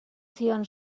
zion